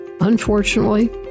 Unfortunately